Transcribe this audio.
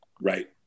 Right